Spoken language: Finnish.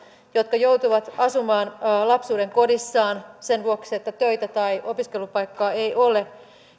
jotka joutuvat asumaan lapsuudenkodissaan sen vuoksi että töitä tai opiskelupaikkaa ei ole